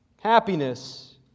happiness